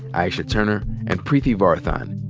aisha turner, and preeti varathan.